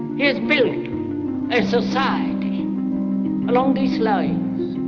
he's built a society along these lines.